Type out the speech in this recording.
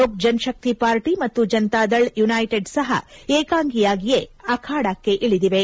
Lok Jan Shakti party ಮತ್ತು Janata Dal United ಸಹ ಏಕಾಂಗಿಯಾಗಿಯೇ ಅಖಾಡಕ್ಕಿಳಿದಿವೆ